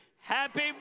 Happy